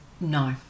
No